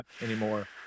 anymore